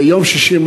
יום שישי,